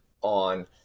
on